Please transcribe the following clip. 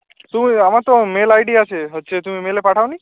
তুমি আমার তো মেল আই ডি আছে হচ্ছে তুমি মেলে পাঠাও নি